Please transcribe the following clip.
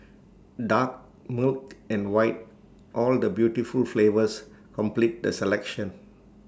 dark milk and white all the beautiful flavours complete the selection